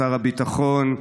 שר הביטחון,